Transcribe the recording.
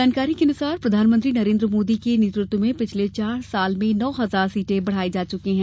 जानकारी के अनुसार प्रधानमंत्री नरेंद्र मोदी के नेतृत्व में पिछले चार साल में नौ हजार सीटें बढ़ाई जा चुकी है